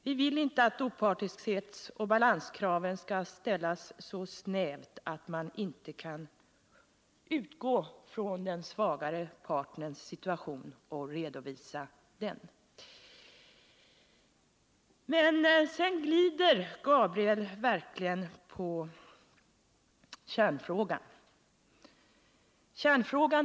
Vi vill inte att kraven på opartiskhet och balans skall vara så snävt utformade att man inte kan utgå från den svagare partens situation och redovisa den. Men sedan glider Gabriel Romanus verkligen undan kärnfrågan.